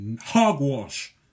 Hogwash